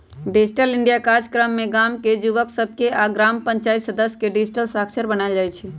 digital India काजक्रम में गाम के जुवक सभके आऽ ग्राम पञ्चाइत सदस्य के डिजिटल साक्षर बनाएल जाइ छइ